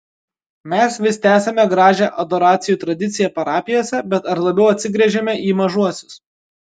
mes vis tęsiame gražią adoracijų tradiciją parapijose bet ar labiau atsigręžiame į mažuosius